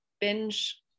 binge